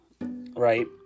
Right